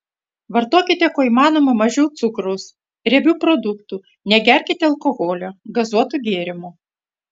vartokite kuo įmanoma mažiau cukraus riebių produktų negerkite alkoholio gazuotų gėrimų